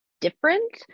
different